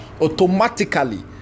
automatically